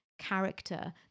character